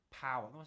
Power